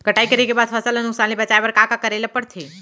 कटाई करे के बाद फसल ल नुकसान ले बचाये बर का का करे ल पड़थे?